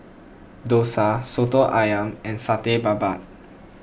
Dosa Soto Ayam and Satay Babat